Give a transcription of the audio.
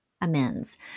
amends